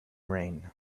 rain